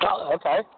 Okay